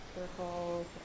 circles